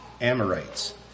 Amorites